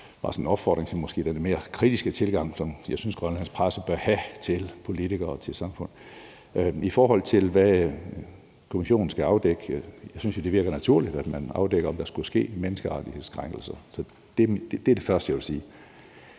bare den opfordring til den måske lidt mere kritiske tilgang, som jeg synes den grønlandske presse bør have til politikere og til et samfund. I forhold til hvad kommissionen skal afdække, synes jeg jo, det virker naturligt, at man afdækker, om der skulle været sket menneskerettighedskrænkelser. Så det er det første, jeg vil sige.